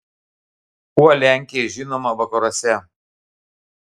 kuo lenkija žinoma vakaruose